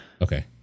okay